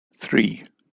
three